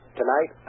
Tonight